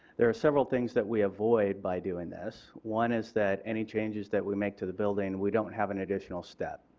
there are several things that we avoid by doing this. one is that any changes that we make to the building we don't have an additional step.